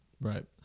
Right